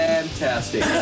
Fantastic